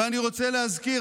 ואני רוצה להזכיר,